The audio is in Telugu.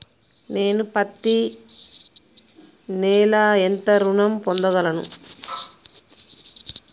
నేను పత్తి నెల ఎంత ఋణం పొందగలను?